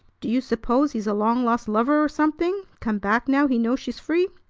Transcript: do you suppose he's a long-lost lover or something, come back now he knows she's free?